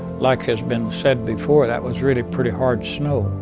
like has been said before, that was really pretty hard snow.